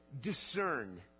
discern